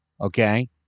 Okay